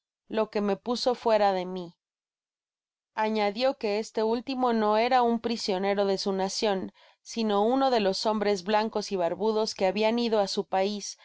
lo que me puso fuera de mi añadio que este último no ra un prisionero de su nacion sino uno de los hombres blancos y barbudos que habian ido á su pais